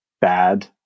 bad